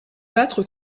battre